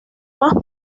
más